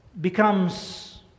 becomes